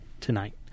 tonight